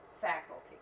faculty